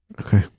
Okay